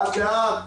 לאט לאט,